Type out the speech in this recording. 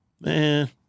man